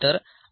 06 0